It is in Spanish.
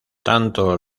tanto